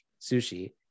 sushi